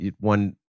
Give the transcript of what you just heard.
one